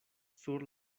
sur